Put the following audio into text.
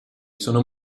sono